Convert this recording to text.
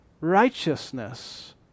righteousness